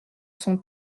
son